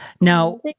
Now